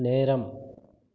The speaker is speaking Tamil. நேரம்